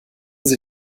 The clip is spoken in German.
sie